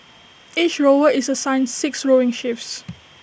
each rower is assigned six rowing shifts